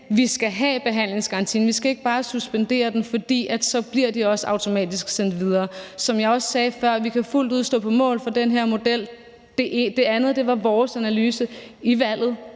vi skal have behandlingsgarantien, vi skal ikke bare suspendere den, for så bliver de også automatisk sendt videre. Som jeg også sagde før, kan vi fuldt ud stå på mål for den her model. Det andet var vores analyse i valget,